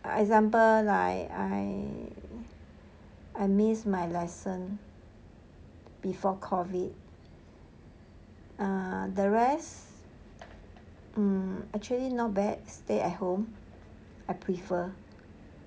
example like I I miss my lesson before COVID err the rest mm actually not bad stay at home I prefer